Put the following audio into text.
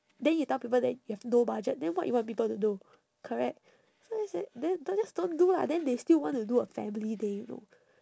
then you tell people that you have no budget then what you want people to do correct so he said then do~ just don't do lah then they still want to do a family day you know